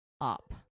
up